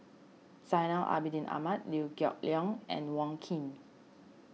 Zainal Abidin Ahmad Liew Geok Leong and Wong Keen